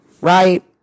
Right